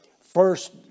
first